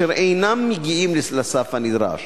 אשר אינם מגיעים לסף הנדרש.